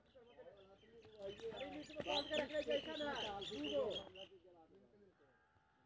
मक्का के छिड़काव सिंचाई के लेल कोन दवाई नीक होय इय?